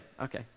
okay